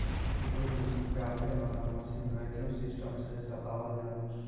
दूध निकाले वाला मशीन वैक्यूम सिस्टम से चलावल जाला